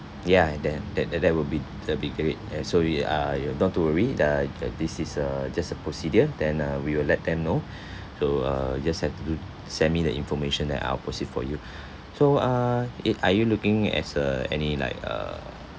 ya that that that that would be the big~ it and so we are you don't too worry the this is a just a procedure then uh we will let them know so uh you just had to send me the information then I'll proceed for you so uh it are you looking as uh any like uh